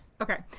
Okay